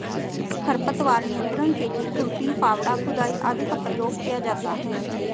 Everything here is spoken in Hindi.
खरपतवार नियंत्रण के लिए खुरपी, फावड़ा, खुदाई आदि का प्रयोग किया जाता है